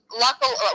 luckily